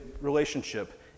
relationship